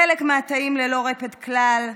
חלק מהתאים ללא רפד כלל.